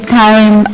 time